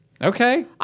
Okay